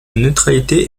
neutralité